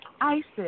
Isis